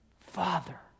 father